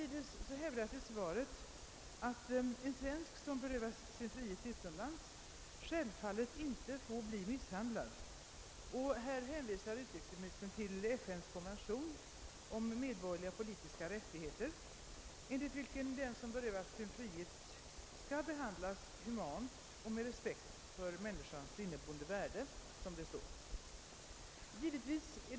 Likaså hävdar utrikesministern att en svensk som berövats sin frihet utomlands självfallet inte får misshandlas. Därvidlag hänvisar utrikesministern till FN:s konvention om medborgerliga och politiska rättigheter, enligt vilken den som berövats sin frihet skall behandlas humant och med respekt för människans inneboende värdighet.